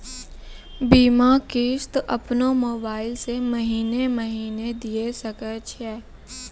बीमा किस्त अपनो मोबाइल से महीने महीने दिए सकय छियै?